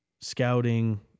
scouting